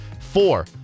Four